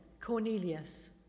Cornelius